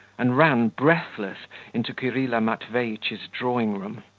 and ran breathless into kirilla matveitch's drawing-room.